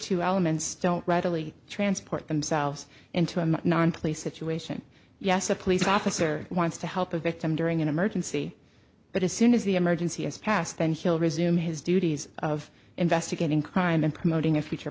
two elements don't readily transport themselves into a non play situation yes a police officer wants to help the victim during an emergency but as soon as the emergency has passed then he'll resume his duties of investigating crime and promoting a future